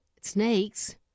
snakes